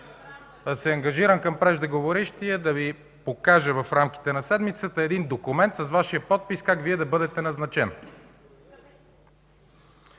...а се ангажирам към преждеговорившия да Ви покажа в рамките на седмицата един документ с Вашия подпис как Вие да бъдете назначен.